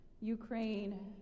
Ukraine